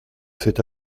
s’est